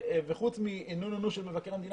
וחוץ מנו-נו-נו של מבקר המדינה .